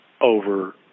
over